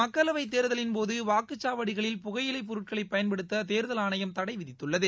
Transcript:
மக்களவை தேர்தலின்போது வாக்குச்சாவடிகளில் புகையிலை பொருடகளை பயன்படுத்த தேர்தல் ஆணையம் தடை விதித்துள்ளது